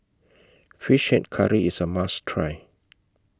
Fish Head Curry IS A must Try